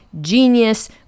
genius